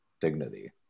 dignity